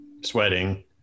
sweating